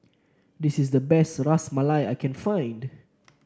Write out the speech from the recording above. this is the best Ras Malai I can find